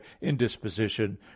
indisposition